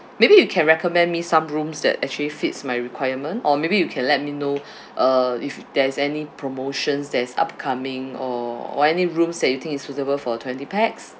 maybe you can recommend me some rooms that actually fits my requirement or maybe you can let me know uh if there's any promotions that's upcoming or or any rooms that you think is suitable for twenty pax